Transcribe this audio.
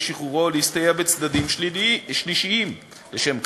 לשחרורו או להסתייע בצדדים שלישיים לשם כך,